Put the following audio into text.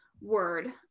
word